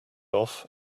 off